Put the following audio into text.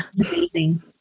Amazing